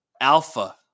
alpha